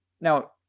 Now